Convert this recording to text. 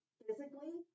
physically